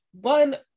one